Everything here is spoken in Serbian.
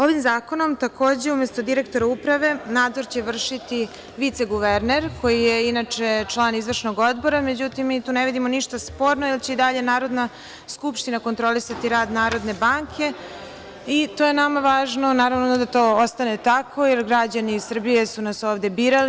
Ovim zakonom takođe umesto direktora uprave nadzor će vršiti viceguverner koji je inače član Izvršnog odbora, međutim mi tu ne vidimo ništa jer će i dalje Narodna skupština kontrolisati rad NBS i to je nama važno i da to ostane tako, jer građani Srbije su nas ovde birali.